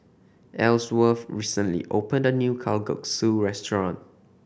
Elsworth recently opened a new Kalguksu restaurant